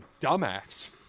dumbass